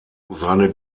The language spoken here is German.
seine